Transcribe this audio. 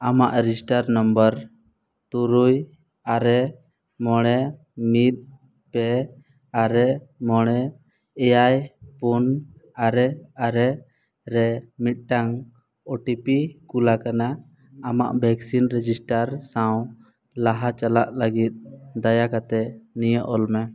ᱟᱢᱟᱜ register number ᱛᱩᱨᱩᱭ ᱟᱨᱮ ᱢᱚᱬᱮ ᱢᱤᱫ ᱯᱮ ᱟᱨᱮ ᱢᱚᱬᱮ ᱮᱭᱟᱭ ᱯᱩᱱ ᱟᱨᱮ ᱟᱨᱮ ᱨᱮ ᱢᱤᱫᱴᱟᱝ ᱳᱴᱤᱯᱤ ᱠᱩᱞ ᱟᱠᱟᱱᱟ ᱟᱢᱟᱜ ᱵᱷᱮᱠᱥᱤᱱ ᱨᱮᱡᱤᱥᱴᱟᱨ ᱥᱟᱶ ᱞᱟᱦᱟ ᱪᱟᱞᱟᱜ ᱞᱟᱹᱜᱤᱫ ᱫᱟᱭᱟ ᱠᱟᱛᱮᱫ ᱱᱤᱭᱟᱹ ᱚᱞ ᱢᱮ